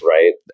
Right